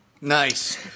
Nice